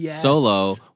Solo